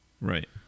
Right